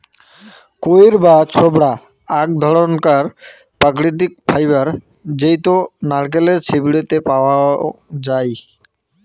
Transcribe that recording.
কইর বা ছোবড়া আক ধরণকার প্রাকৃতিক ফাইবার জেইতো নারকেলের ছিবড়ে তে পাওয়াঙ যাই